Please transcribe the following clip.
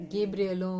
Gabriel